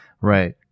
Right